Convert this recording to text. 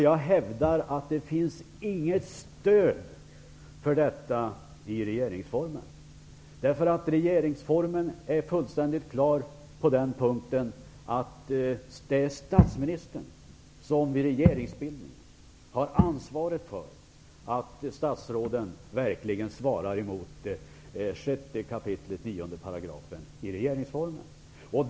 Jag hävdar att det inte finns något stöd för detta i regeringsformen, som är fullständigt klar på den punkten. Det är alltså statsministern som vid regeringsbildningen har ansvaret för att statsråden verkligen svarar emot 6 kap. 9 § i regeringsformen.